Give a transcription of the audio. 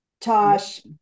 Tosh